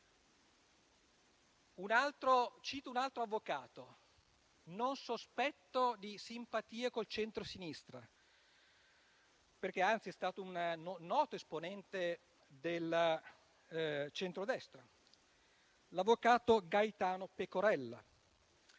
anche un altro avvocato non sospetto di simpatie con il centrosinistra, perché anzi è stato un noto esponente del centrodestra, l'avvocato Gaetano Pecorella,